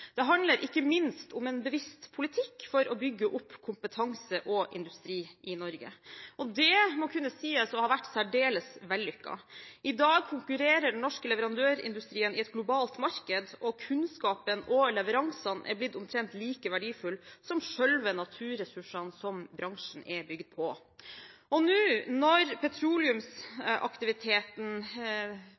det handler ikke minst om en bevisst politikk for å bygge opp kompetanse og industri i Norge, og det må kunne sies å ha vært særdeles vellykket. I dag konkurrerer den norske leverandørindustrien i et globalt marked, og kunnskapen og leveransene har blitt omtrent like verdifullt som selve naturressursene som bransjen er bygd på. Og nå, når petroleumsaktiviteten